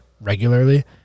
regularly